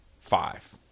five